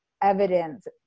evidence